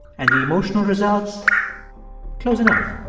and the emotional results close enough